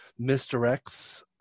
misdirects